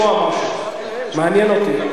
נשמע, מעניין אותי.